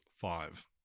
five